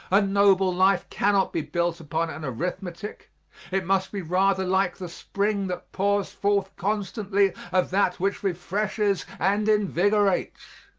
a noble life cannot be built upon an arithmetic it must be rather like the spring that pours forth constantly of that which refreshes and invigorates.